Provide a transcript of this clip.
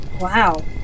Wow